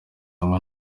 hamwe